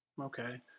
Okay